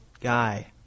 guy